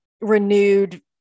renewed